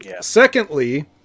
secondly